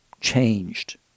changed